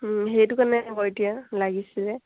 সেইটো কাৰণে আকৌ এতিয়া লাগিছিল যে